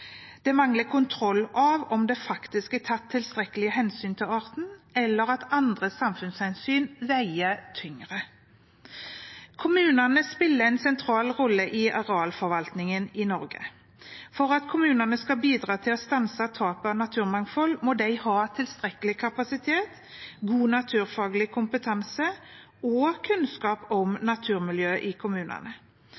Det mangler kontroll av om det faktisk er tatt tilstrekkelige hensyn til arten, eller om andre samfunnshensyn veier tyngre. Kommunene spiller en sentral rolle i arealforvaltningen i Norge. For at kommunene skal bidra til å stanse tapet av naturmangfold, må de ha tilstrekkelig kapasitet, god naturfaglig kompetanse og kunnskap om